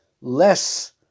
less